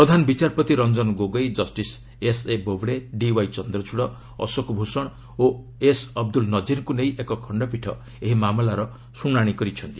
ପ୍ରଧାନ ବିଚାରପତି ରଞ୍ଜନ ଗୋଗୋଇ ଜଷ୍ଟିସ୍ ଏସ୍ଏ ବୋବଡେ ଡିୱାଇ ଚନ୍ଦ୍ରଚୂଡ଼ ଅଶୋକ ଭୂଷଣ ଓ ଏସ୍ ଅବଦୁଲ ନଜିରଙ୍କୁ ନେଇ ଏକ ଖଶ୍ଚପୀଠ ଏହି ମାମଲାର ଶୁଣାଣି କରିଛନ୍ତି